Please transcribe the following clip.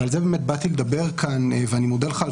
ועל זה באתי לדבר כאן ואני מודה לך על